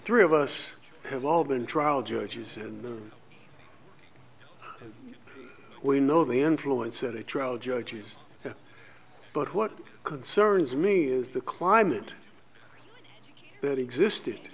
three of us have all been trial judges and we know the influence of the trial judges but what concerns me is the climate that existed